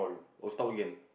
oh stop again